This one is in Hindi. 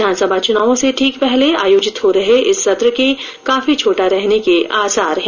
विधानसभा चुनावों से ठीक पहले आयोजित हो रहे इस सत्र के काफी छोटा रहने के आसार है